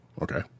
Okay